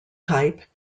type